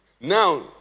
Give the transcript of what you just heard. now